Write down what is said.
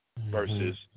Versus